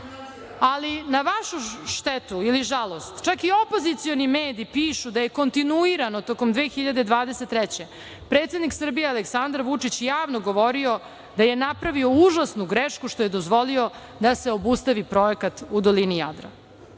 ali na vašu štetu ili žalost, čak i opozicioni mediji pišu da je kontinuirano tokom 2023. godine predsednik Srbije Aleksandar Vučić javno govorio da je napravio užasnu grešku što je dozvolio da se obustavi projekat u dolini Jadra. Što